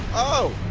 oh